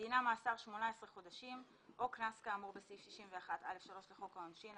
ודינה מאסר 18 חודשים או קנס כאמור בסעיף 61(א)(3) לחוק העונשין,